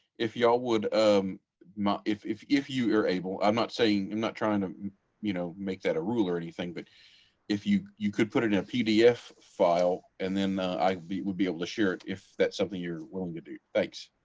if y'all would um my if if you are able, i'm not saying i'm not trying to you know make that a rule or anything but if you you could put it in a pdf file and then i would be able to share it, if that's something you're willing to do. thanks.